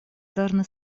должны